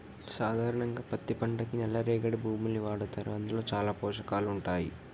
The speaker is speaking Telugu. సాధారణంగా పత్తి పంటకి నల్ల రేగడి భూముల్ని వాడతారు అందులో చాలా పోషకాలు ఉంటాయి